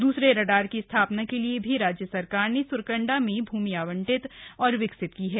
दूसरे रडार की स्था ना के लिए भी राज्य सरकार ने सुरकंडा में भूमि आवंटित और विकसित की है